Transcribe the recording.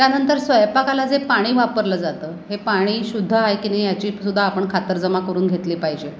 त्यानंतर स्वयंपाकाला जे पाणी वापरलं जातं हे पाणी शुद्ध आहे की नाही याची सुद्धा आपण खातरजमा करून घेतली पाहिजे